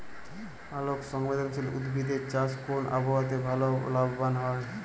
আলোক সংবেদশীল উদ্ভিদ এর চাষ কোন আবহাওয়াতে ভাল লাভবান হয়?